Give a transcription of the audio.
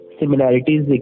similarities